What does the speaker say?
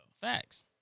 Facts